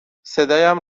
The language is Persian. صدایم